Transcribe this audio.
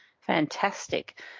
Fantastic